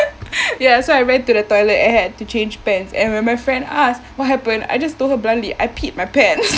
ya so I went to the toilet and had to change pants and when my friend asked what happened I just told her bluntly I peed my pants